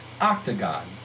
octagon